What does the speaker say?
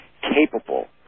capable